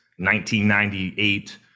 1998